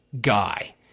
guy